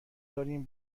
داریم